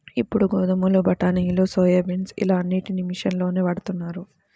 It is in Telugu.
ఇప్పుడు గోధుమలు, బఠానీలు, సోయాబీన్స్ ఇలా అన్నిటికీ మిషన్లనే వాడుతున్నారు